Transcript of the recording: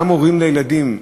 גם הורים לילדים,